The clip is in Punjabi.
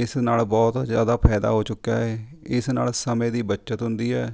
ਇਸ ਨਾਲ ਬਹੁਤ ਜ਼ਿਆਦਾ ਫਾਇਦਾ ਹੋ ਚੁੱਕਾ ਹੈ ਇਸ ਨਾਲ ਸਮੇਂ ਦੀ ਬੱਚਤ ਹੁੰਦੀ ਹੈ